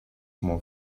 more